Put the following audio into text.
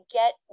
get